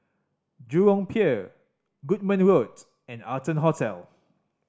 Jurong Pier Goodman Road and Arton Hotel